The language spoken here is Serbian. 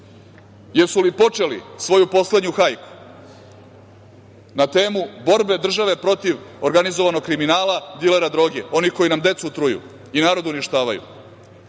Jesu li počeli svoju poslednju hajku na temu borbe države protiv organizovanog kriminala dilera droge, oni koji nam decu truju i narod uništavaju. Kakve